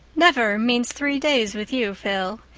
never means three days with you, phil.